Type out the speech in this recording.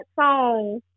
song